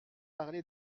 parlé